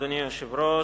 אדוני היושב-ראש,